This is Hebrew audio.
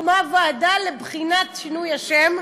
הוקמה ועדה לבחינת שינוי השם,